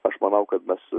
aš manau kad mes